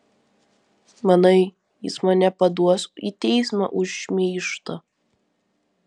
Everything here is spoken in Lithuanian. manai jis mane paduos į teismą už šmeižtą